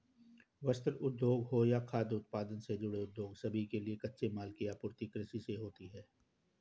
वस्त्र उद्योग हो या खाद्य उत्पादन से जुड़े उद्योग सभी के लिए कच्चे माल की आपूर्ति कृषि से ही होती है